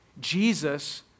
Jesus